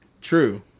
True